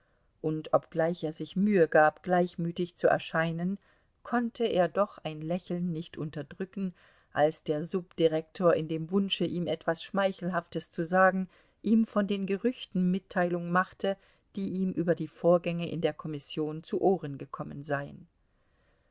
und obgleich er sich mühe gab gleichmütig zu erscheinen konnte er doch ein lächeln nicht unterdrücken als der subdirektor in dem wunsche ihm etwas schmeichelhaftes zu sagen ihm von den gerüchten mitteilung machte die ihm über die vorgänge in der kommission zu ohren gekommen seien